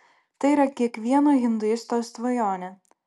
tai yra kiekvieno hinduisto svajonė